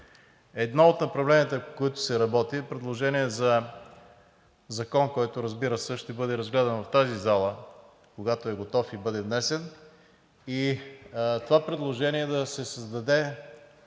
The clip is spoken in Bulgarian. Едно от направленията, в които се работи, е предложение за закон, който, разбира се, ще бъде разгледан в тази зала, когато е готов и бъде внесен. Това предложение е да се създаде